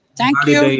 thank you.